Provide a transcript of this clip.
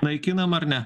naikinam ar ne